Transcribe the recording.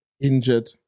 injured